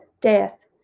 death